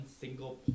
single